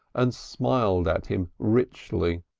and smiled at him richly.